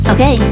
Okay